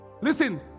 listen